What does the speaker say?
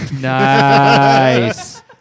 Nice